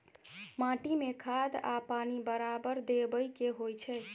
माटी में खाद आ पानी बराबर देबै के होई छै